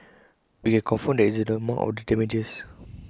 we can confirm that this is the amount of the damages